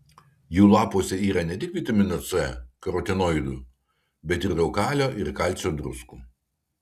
jų lapuose yra ne tik vitamino c karotinoidų bet ir daug kalio ir kalcio druskų